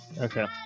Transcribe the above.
Okay